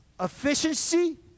efficiency